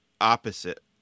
opposite